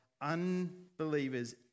unbelievers